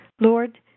Lord